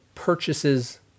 purchases